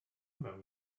mewn